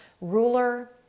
ruler